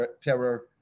terror